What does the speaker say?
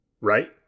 Right